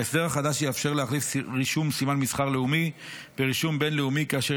ההסדר החדש יאפשר להכניס רישום סימן מסחר לאומי ברישום בין-לאומי כאשר